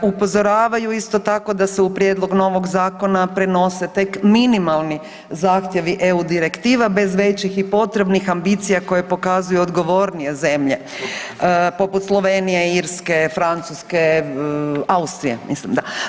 Upozoravaju isto tako da se u prijedlog novog zakona prenose tek minimalni zahtjevi EU direktiva bez većih i potrebnih ambicija koje pokazuju odgovornije zemlje poput Slovenije, Irske, Francuske, Austrije, mislim da.